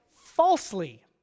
Falsely